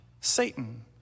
Satan